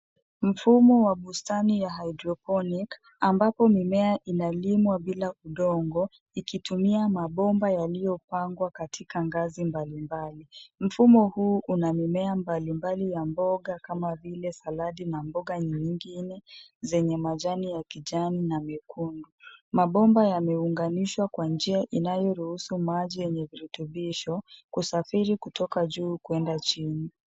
Mfumo wa bustani ya hydroponic ambapo mimea inalimwa bila udongo ikitumia mabomba yaliyopangwa katika ngazi mbalimbali. Mfumo huu una mimea mbalimbali ya mboga kama vile saladi na mboga nyingi zenye majani ya kijani na miekundu. Mabomba yameunganishwa kwa njia inayoruhusu maji yenye virutubisho kusafiri kutoka juu kwenda chini.